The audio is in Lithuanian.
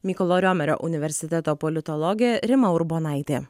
mykolo riomerio universiteto politologė rima urbonaitė